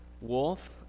Wolf